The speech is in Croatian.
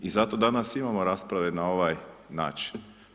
I zato danas imamo rasprave na ovaj način.